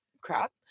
crap